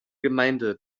gemeinde